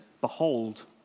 Behold